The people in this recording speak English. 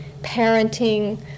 parenting